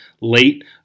late